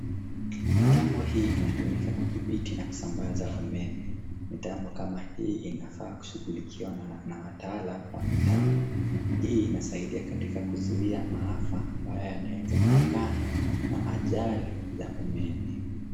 Mitambo hii inatumika kudhibiti na kusambaza umeme. Mitambo kama hii inafaa kushughulikiwa na wataalam wa mitambo. Hii inasaidia katika kuzuia maafa ambayo yanaweza kutokana na ajali za umeme.